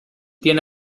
tiene